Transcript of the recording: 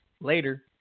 later